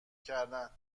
کردن